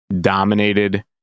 dominated